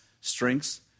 strengths